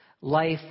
Life